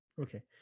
Okay